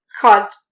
caused